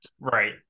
Right